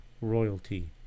royalty